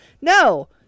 No